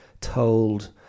told